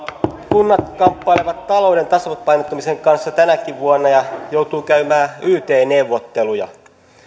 kunnat kamppailevat talouden tasapainottamisen kanssa tänäkin vuonna ja joutuvat käymään yt neuvotteluja